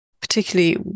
particularly